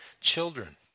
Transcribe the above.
children